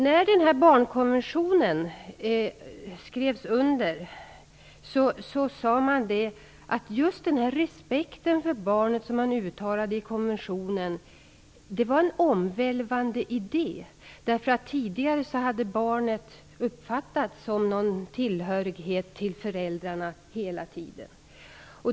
När barnkonventionen skrevs under sade man att just den respekt för barnet som man uttalade i konventionen var en omvälvande idé. Tidigare hade barnet hela tiden uppfattats som föräldrarnas tillhörighet.